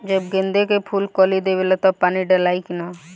जब गेंदे के फुल कली देवेला तब पानी डालाई कि न?